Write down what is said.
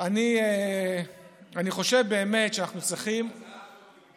אני חושב באמת שאנחנו צריכים